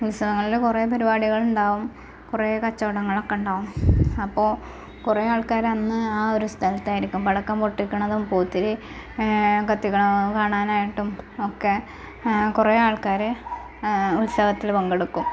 ഉത്സവങ്ങളില് കുറെ പരിപാടികളുണ്ടാവും കുറെ കച്ചവടങ്ങളൊക്കെ ഉണ്ടാകും അപ്പോൾ കുറെ ആൾക്കാര് അന്ന് അ ഒരു സ്ഥലത്തായിരിക്കും പടക്കം പൊട്ടിക്കുന്നതും പൂത്തിരി കത്തിക്കുന്നതും കാണാനായിട്ടും ഒക്കെ കുറെ ആൾക്കാര് ഉത്സവത്തില് പങ്കെടുക്കും